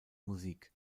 musik